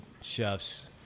chefs